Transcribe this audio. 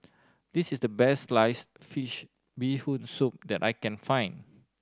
this is the best sliced fish Bee Hoon Soup that I can find